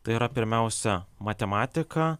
tai yra pirmiausia matematika